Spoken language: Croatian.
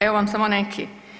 Evo vam samo neki.